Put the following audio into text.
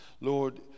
Lord